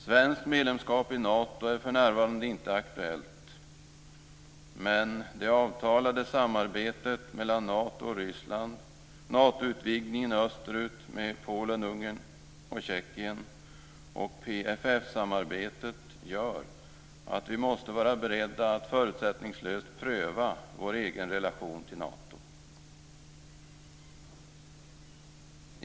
Svenskt medlemskap i Nato är för närvarande inte aktuellt, men det avtalade samarbetet mellan Nato och Ryssland, Natoutvidgningen österut med Polen, Ungern och Tjeckien samt PFF-samarbetet gör att vi måste vara beredda att förutsättningslöst pröva vår egen relation till Nato.